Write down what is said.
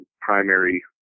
primary